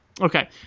Okay